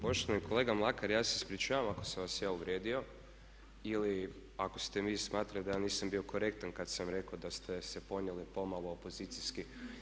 Poštovani kolega Mlakar, ja se ispričavam ako sam vas ja uvrijedio ili ako ste vi smatrali da ja nisam bio korektan kad sam rekao da ste ponijeli pomalo opozicijski.